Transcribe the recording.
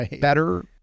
better